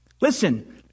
Listen